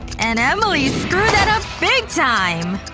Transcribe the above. and emily screwed that up big time!